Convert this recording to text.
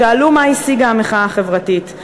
שאלו מה השיגה המחאה החברתית.